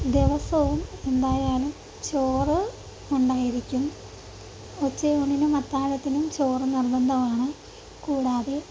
ദിവസവും എന്തായാലും ചോറ് ഉണ്ടായിരിക്കും ഉച്ചയൂണിനും അത്താഴത്തിനും ചോറ് നിർബന്ധമാണ് കൂടാതെ